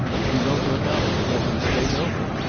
if you don't look out you'll have them straight over.